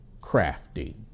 crafty